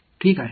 X மட்டும்